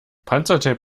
panzertape